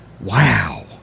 Wow